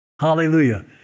Hallelujah